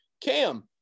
Cam